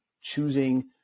choosing